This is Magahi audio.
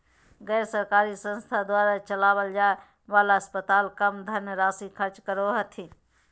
गैर सरकारी संस्थान द्वारा चलावल जाय वाला अस्पताल कम धन राशी खर्च करो हथिन